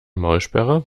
maulsperre